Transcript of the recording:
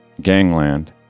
Gangland